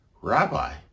Rabbi